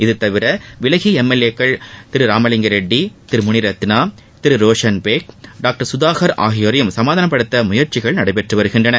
இது தவிர விலகிய எம் எல் ஏக்கள் திரு ராமலிங்க ரெட்டி திரு முனிரத்னா திரு ரோஷன் பேக் டாக்டர் கதாகர் ஆகியோரையும் சமாதானப்படுத்த முயற்சிகள் நடைபெற்று வருகின்றன